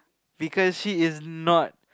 because she is not